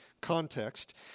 context